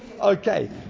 Okay